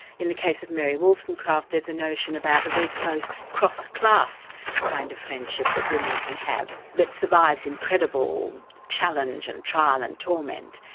in the case of mary wollstonecraft there's a notion about a very close cross-class kind of friendship that women can have, that survives incredible challenge and trial and torment.